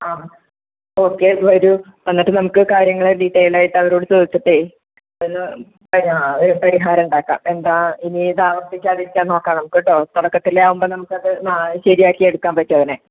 ആ ഓക്കെ വരൂ വന്നിട്ട് നമുക്ക് കാര്യങ്ങൾ ഡീറ്റൈൽഡ് ആയിട്ട് അവരോട് ചോദിച്ചിട്ടേ അതിന് ആ ഒരു പരിഹാരം ഉണ്ടാക്കാം എന്താണ് ഇനി ഇത് ആവർത്തിക്കാതിരിക്കാൻ നോക്കാം നമുക്ക് കേട്ടോ തുടക്കത്തിലേ ആവുമ്പോൾ നമുക്കത് നാ ശരിയാക്കിയെടുക്കാൻ പറ്റും അവനെ